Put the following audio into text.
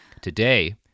Today